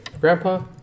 Grandpa